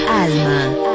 Alma